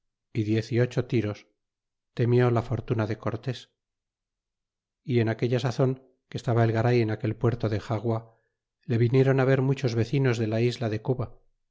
y diez y ocho tiros temió la fortuna de cortés é en aquella sazon que estaba el garay en aquel puerto de xagua le viniéron ver muchos vecinos de la isla de cuba